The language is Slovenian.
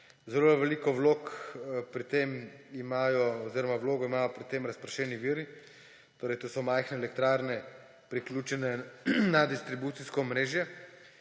imajo oziroma vlogo imajo pri tem razpršeni viri, to so majhne elektrarne, priključne na distribucijsko omrežje,